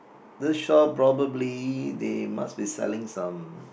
this shop probably they must be selling some